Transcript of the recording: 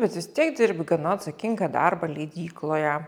bet vis tiek dirbi gana atsakingą darbą leidykloje